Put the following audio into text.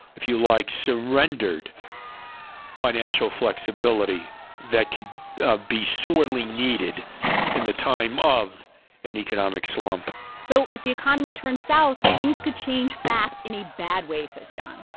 if you like, surrendered financial flexibility that could be sorely needed in the time of an economic slump so if the economy turns south, things could change fast in a bad way, says john.